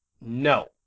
no